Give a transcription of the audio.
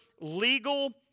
legal